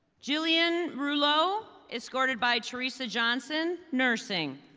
julian rulo, escorted by teresa johnson, nursing.